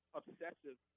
obsessive